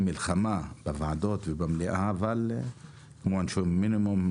מלחמה בוועדות ובמליאה כמו עונשי מינימום,